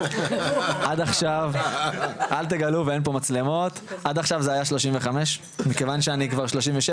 עד עכשיו זה היה 35 ומכיוון שאני כבר 37,